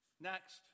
Next